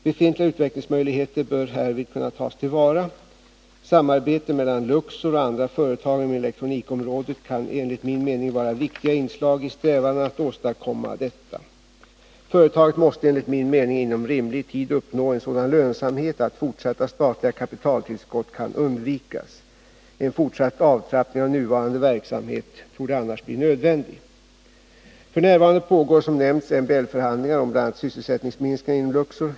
Befintliga utvecklingsmöjligheter bör härvid kunna tas till vara. Samarbete mellan Luxor och andra företag inom elektronikområdet kan enligt min mening vara viktiga inslag i strävandena att åstadkomma detta. Företaget måste enligt min åsikt inom rimlig tid uppnå en sådan lönsamhet att fortsatta statliga kapitaltillskott kan undvikas. En fortsatt avtrappning av nuvarande verksamhet torde annars bli nödvändig. F.n. pågår som nämnts MBL-förhandlingar om bl.a. sysselsättningsminskningar inom Luxor.